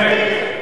תן,